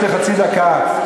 יש לי חצי דקה.